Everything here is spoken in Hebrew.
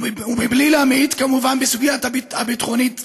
בלי להמעיט כמובן בסוגיה הביטחונית ובטכנולוגיה,